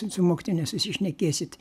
su mokytoja nesusišnekėsit